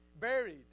Buried